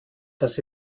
das